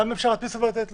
למה אי אפשר להדפיס ולתת לו?